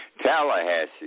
Tallahassee